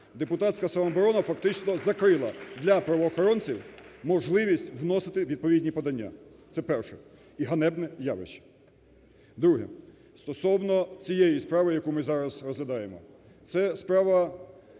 Депутатська самооборона фактично закрила для правоохоронців можливість вносити відповідні подання. Це перше і ганебне явище. Друге. Стосовно цієї справи, яку ми зараз розглядаємо, це справа